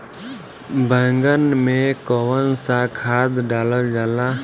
बैंगन में कवन सा खाद डालल जाला?